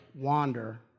wander